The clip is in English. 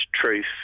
truth